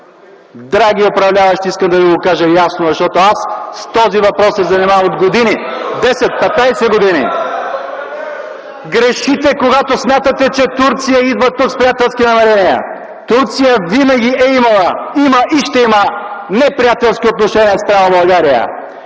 Драги управляващи, искам да ви го кажа ясно, защото аз се занимавам с този въпрос от години – 10-15 години. Грешите, когато смятате, че Турция идва тук с приятелски намерения. Турция винаги е имала, има и ще има неприятелски отношения спрямо България.